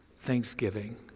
thanksgiving